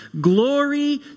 glory